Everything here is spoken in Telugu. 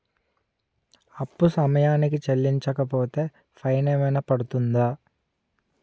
అప్పు సమయానికి చెల్లించకపోతే ఫైన్ ఏమైనా పడ్తుంద?